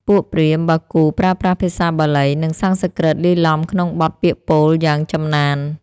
ពួកព្រាហ្មណ៍បាគូប្រើប្រាស់ភាសាបាលី និងសំស្ក្រឹតលាយឡំក្នុងបទពាក្យពោលយ៉ាងចំណាន។